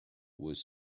was